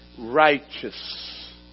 righteous